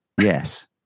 Yes